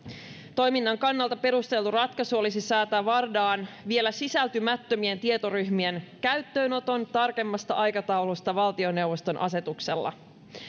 toiminnan kannalta perusteltu ratkaisu olisi säätää vardaan vielä sisältymättömien tietoryhmien käyttöönoton tarkemmasta aikataulusta valtioneuvoston asetuksella